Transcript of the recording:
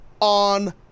on